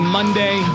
Monday